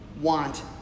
want